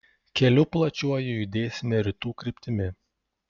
keliu plačiuoju judėsime rytų kryptimi